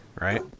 right